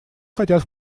хотят